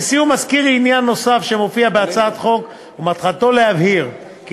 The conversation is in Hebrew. לסיום אזכיר עניין נוסף שמופיע בהצעת החוק ומטרתו להבהיר כי